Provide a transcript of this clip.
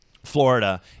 Florida